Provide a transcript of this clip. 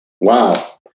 Wow